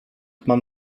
mam